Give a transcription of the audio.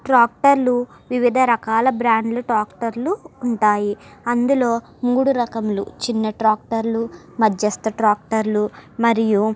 ట్రాక్టర్లు వివిధ రకాల బ్రాండ్ల ట్రాక్టర్లు ఉంటాయి అందులో మూడు రకములు చిన్న ట్రాక్టర్లు మధ్యస్థ ట్రాక్టర్లు మరియు